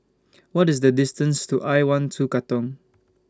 What IS The distance to I one two Katong